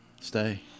stay